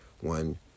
one